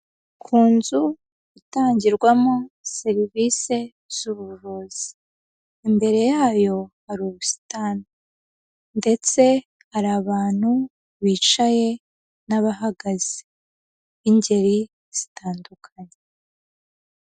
Ku nzu itangirwamo serivisi z'ubuvuzi. Imbere yayo hari ubusitani. Ndetse hari abantu bicaye n'abahagaze. B'ingeri zitandukanye.